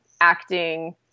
acting